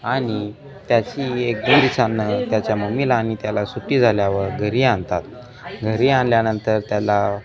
आणि त्याची एक दोन दिसांना त्याच्या मम्मीला आणि त्याला सुट्टी झाल्यावर घरी आणतात घरी आणल्यानंतर त्याला